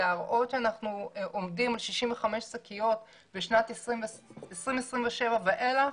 להראות שאנחנו עומדים על 65 שקיות בשנת 2027 ואילך